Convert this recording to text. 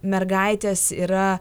mergaitės yra